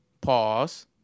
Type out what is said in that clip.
pause